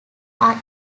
are